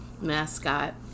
mascot